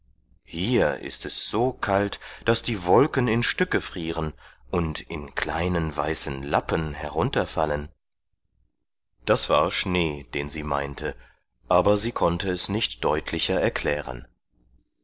hier ist es so kalt daß die wolken in stücke frieren und in kleinen weißen lappen herunterfallen das war schnee den sie meinte aber sie konnte es nicht deutlicher erklären